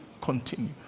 continue